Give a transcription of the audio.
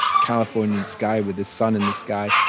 californian sky, with the sun in the sky,